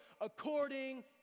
according